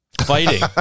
fighting